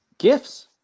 Gifts